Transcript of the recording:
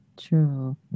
True